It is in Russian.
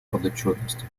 подотчетности